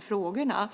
frågorna.